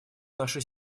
нашей